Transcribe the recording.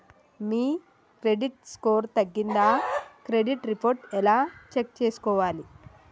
మీ credit score తగ్గిందా credit report ఎలా check చేసుకోవాలి?